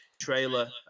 trailer